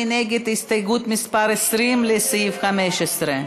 מי נגד הסתייגות מס' 20, לסעיף 15?